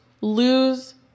lose